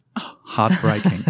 heartbreaking